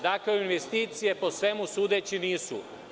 Dakle, u investicije, po svemu sudeći, nisu.